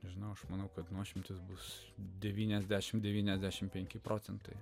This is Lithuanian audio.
nežinau aš manau kad nuošimtis bus devyniasdešim devyniasdešim penki procentai